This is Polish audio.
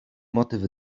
motyw